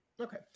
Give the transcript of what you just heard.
okay